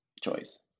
choice